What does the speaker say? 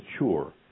mature